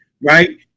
right